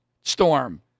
storm